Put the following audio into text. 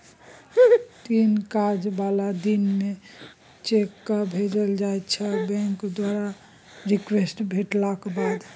तीन काज बला दिन मे चेककेँ भेजल जाइ छै बैंक द्वारा रिक्वेस्ट भेटलाक बाद